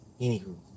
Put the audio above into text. Anywho